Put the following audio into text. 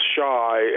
shy